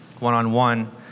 One-on-one